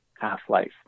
half-life